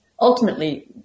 ultimately